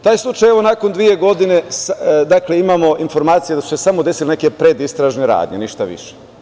Taj slučaj nakon dve godine, imamo informacije da su se samo desile neke predistražne radnje, ništa više.